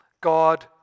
God